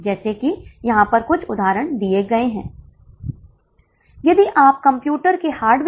अन्य पीवीआर क्या होंगे क्या वे बदलेंगे